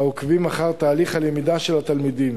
העוקבים אחר תהליך הלמידה של התלמידים,